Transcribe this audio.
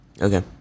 Okay